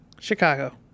Chicago